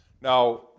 Now